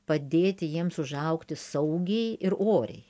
padėti jiems užaugti saugiai ir oriai